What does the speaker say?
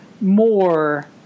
more